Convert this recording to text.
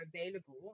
available